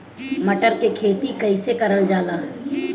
मटर के खेती कइसे कइल जाला?